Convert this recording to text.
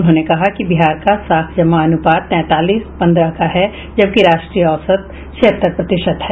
उन्होंने कहा कि बिहार का साख जमा अनुपात तैंतालीस पन्द्रह का है जबकि राष्ट्रीय औसत छिहत्तर प्रतिशत है